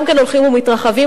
גם כן הולכים ומתרחבים.